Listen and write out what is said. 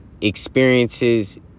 experiences